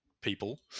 people